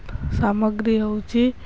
ସାମଗ୍ରୀ ହେଉଛି